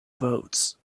votes